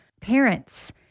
parents